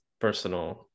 personal